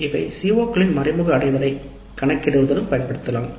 இதை CO களின் மறைமுக அடைவைக் கணக்கிடுவதிலும் பயன்படுத்தலாம்